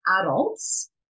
adults